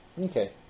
Okay